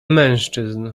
mężczyzn